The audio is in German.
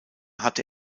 hatte